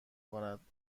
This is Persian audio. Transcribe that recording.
کند